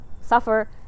suffer